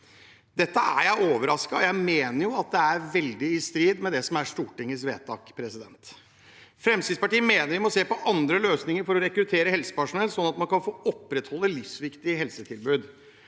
Dette er jeg overrasket over, og jeg mener det er veldig i strid med Stortingets vedtak. Fremskrittspartiet mener vi må se på andre løsninger for å rekruttere helsepersonell, sånn at man kan opprettholde livsviktige helsetilbud.